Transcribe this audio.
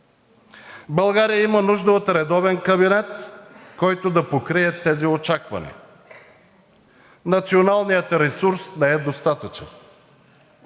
България има нужда от редовен кабинет, който да покрие тези очаквания. Националният ресурс не е достатъчен.